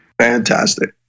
Fantastic